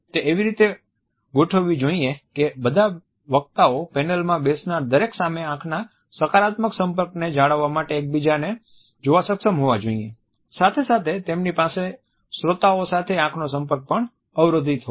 તે એવી રીતે ગોઠવવી જોઈએ કે બધા વક્તાઓ પેનલમાં બેસનાર દરેક સામે આંખના સકારાત્મક સંપર્કને જાળવવા માટે એકબીજાને જોવા સક્ષમ હોવા જોઈએ સાથે સાથે તેમની પાસે શ્રોતાઓ સાથે આંખનો સંપર્ક પણ અવરોધિત હોય